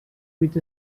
with